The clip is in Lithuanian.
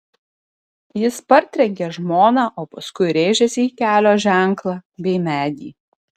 jis partrenkė žmoną o paskui rėžėsi į kelio ženklą bei medį